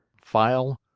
file,